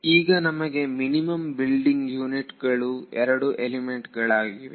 ಈಗ ನಮಗೆ minimum building unit ಗಳು 2 ಎಲಿಮೆಂಟ್ ಗಳಾಗಿವೆ